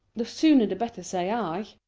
the sooner the better, say i.